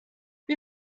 wie